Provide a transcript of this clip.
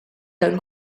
dal